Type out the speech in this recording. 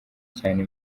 cyane